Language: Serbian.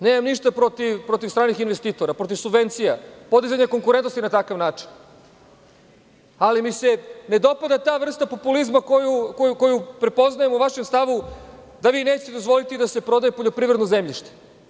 Nemam ništa protiv stranih investitora, protiv subvencija, podizanja konkurentnosti na takav način, ali mi se ne dopada ta vrsta populizma koju prepoznajem u vašem stavu da vi nećete dozvoliti da se prodaje poljoprivredno zemljište.